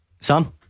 Sam